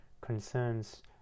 concerns